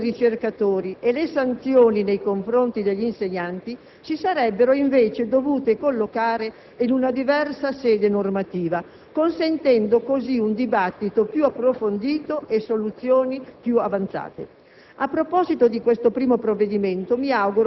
Altre misure, come la valutazione dei ricercatori e le sanzioni nei confronti degli insegnanti, si sarebbero invece dovute collocare in una diversa sede normativa, consentendo così un dibattito più approfondito e soluzioni più avanzate.